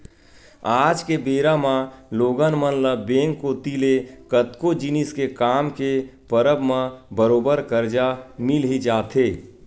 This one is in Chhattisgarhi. आज के बेरा म लोगन मन ल बेंक कोती ले कतको जिनिस के काम के परब म बरोबर करजा मिल ही जाथे